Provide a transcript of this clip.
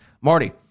Marty